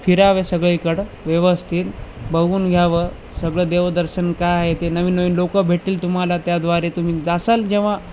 फिरावे सगळीकडं व्यवस्थित बघून घ्यावं सगळं देवदर्शन काय आहे ते नवीन नवीन लोक भेटतील तुम्हाला त्याद्वारे तुम्ही जासाल जेव्हा